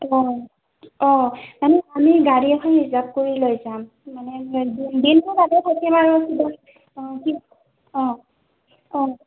অঁ অঁ আমি আমি গাড়ী এখন ৰিৰ্জাভ কৰি লৈ যাম মানে দিনটো তাতে থাকিম আৰু অঁ অঁ